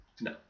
No